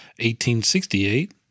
1868